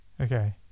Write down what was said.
Okay